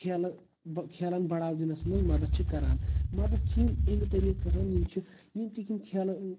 کھیلہٕ کھیلَن بَڑاو دِنَس منٛز مدد چھِ کَران مَدد چھِ یِم امہِ طٔریٖق کَران یِم چھِ یِم تہِ کٕم کھیلہٕ